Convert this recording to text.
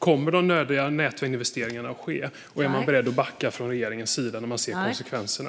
Kommer de nödvändiga investeringarna i näten att ske? Är man beredd att backa från regeringens sida när man ser konsekvenserna?